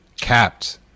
Capped